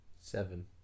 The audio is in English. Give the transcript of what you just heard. Seven